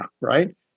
right